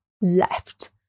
left